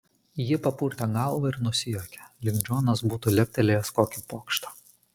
ji papurtė galvą ir nusijuokė lyg džonas būtų leptelėjęs kokį pokštą